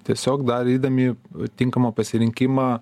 tiesiog darydami tinkamą pasirinkimą